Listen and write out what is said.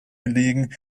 gelegen